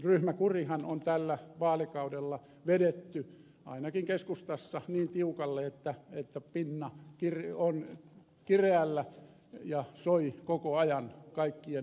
ryhmäkurihan on tällä vaalikaudella vedetty ainakin keskustassa niin tiukalle että pinna on kireällä ja soi koko ajan kaikkien korvissa